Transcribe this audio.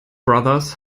brothers